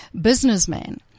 businessman